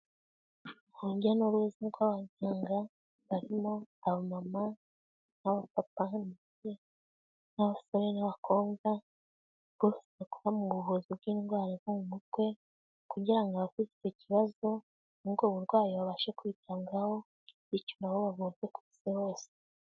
Urujya n'uruza rw'abaganga barimo abamama n'abapapa, n'abasore n'abakobwa, bose bakora mu buvuzi bw'indwara zo mu mutwe, kugira ngo abafite icyo kibazo n'ubwo burwayi babashe kubisangaho, bityo na bo bavurwe ku isi hose.